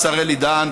השר אלי בן-דהן,